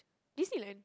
Disneyland